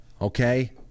okay